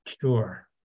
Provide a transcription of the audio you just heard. Sure